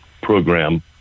program